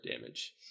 damage